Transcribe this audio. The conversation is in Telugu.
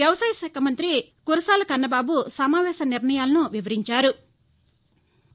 వ్యవసాయ శాఖ మంగ్రతి కురసాల కన్నబాబు సమావేశ నిర్ణయాలను వివరించారు